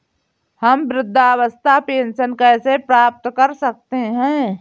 हम वृद्धावस्था पेंशन कैसे प्राप्त कर सकते हैं?